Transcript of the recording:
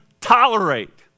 tolerate